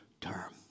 term